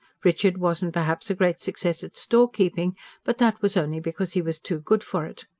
richard wasn't, perhaps, a great success at storekeeping but that was only because he was too good for it.